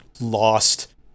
Lost